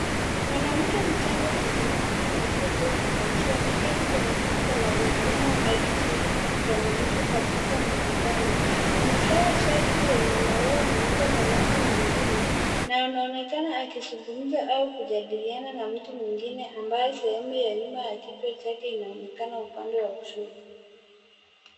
Mwanamke mchanga mwenye miwani na nywele ndefu nyeusi ameketi kwenye kiti cha magurudumu akishiriki kikamilifu katika mkutano ,amevaa shati lenye maua meupe na rangi nyingine na anaonekana akizungumza au kujadiliana na mtu mwingine ambaye sehemu ya nyuma ya kichwa chake inaonekana upande wa kushoto.